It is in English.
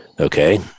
Okay